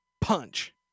punch